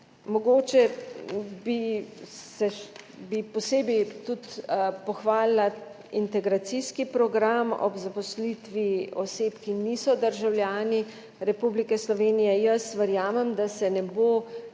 Mogoče bi posebej pohvalila integracijski program ob zaposlitvi oseb, ki niso državljani Republike Slovenije. Jaz verjamem, da se izobraževanje